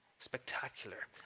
spectacular